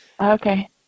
Okay